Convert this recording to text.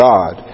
God